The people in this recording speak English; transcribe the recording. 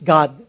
God